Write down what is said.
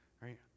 right